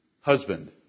husband